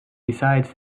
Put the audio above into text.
besides